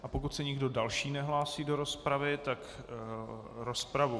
A pokud se nikdo další nehlásí do rozpravy, tak rozpravu...